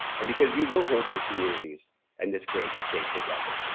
and because you will hold your communities and this great state together.